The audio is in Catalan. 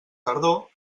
tardor